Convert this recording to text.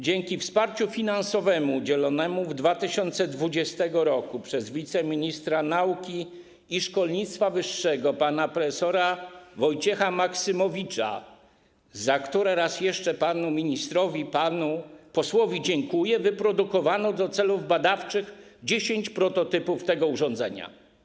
Dzięki wsparciu finansowemu udzielonemu w 2020 r. przez wiceministra nauki i szkolnictwa wyższego pana prof. Wojciecha Maksymowicza, za które raz jeszcze panu ministrowi, panu posłowi dziękuję, wyprodukowano do celów badawczych 10 prototypów tego urządzenia.